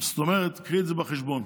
זאת אומרת, קחי את זה בחשבון.